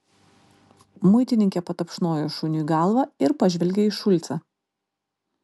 muitininkė patapšnojo šuniui galvą ir pažvelgė į šulcą